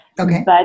Okay